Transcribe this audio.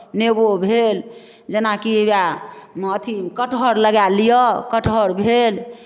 नेबो भेल जेनाकि उएह अथी कटहर लगाए लिअ कटहर भेल